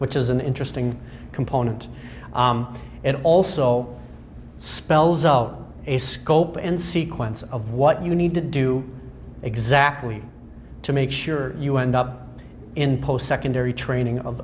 which is an interesting component and also spells out a scope and sequence of what you need to do exactly to make sure you end up in post secondary training of